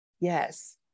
Yes